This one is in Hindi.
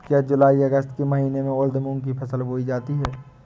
क्या जूलाई अगस्त के महीने में उर्द मूंग की फसल बोई जाती है?